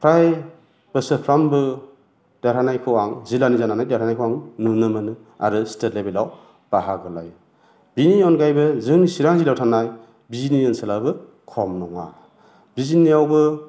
फ्राय बोसोरफ्रामबो देरहानायखौ आं जिल्लानि जानानै देरहानायखौ आं नुनो मोनो आरो स्टेट लेभेलाव बाहागो लायो बिनि अनगायैबो जों चिरां जिल्लायाव थानाय बिजिनिनि ओनसालाबो खम नङा बिजिनियावबो